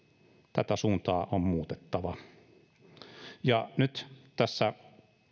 tätä suuntaa on muutettava nyt